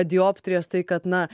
dioptrijas tai kad na